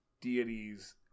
deities